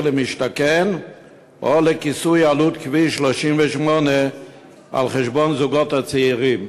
למשתכן או לכיסוי עלות כביש 38 על חשבון הזוגות הצעירים?